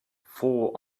four